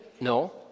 No